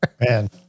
Man